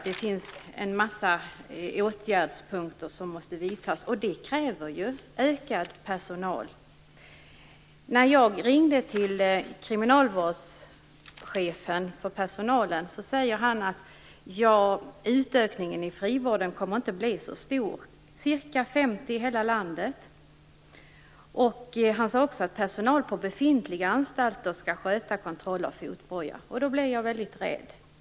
Det finns en massa åtgärder som måste vidtas, och det kräver ju ökad personal. När jag ringde till chefen för kriminalvårdspersonalen sade han att utökningen i frivården inte kommer att bli så stor - ca 50 i hela landet. Han sade också att personal på befintliga anstalter skall sköta kontroll av fotboja. Då blev jag väldigt rädd.